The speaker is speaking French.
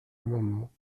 amendement